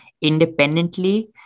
independently